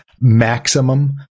maximum